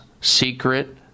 Secret